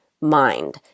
mind